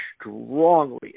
strongly